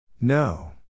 No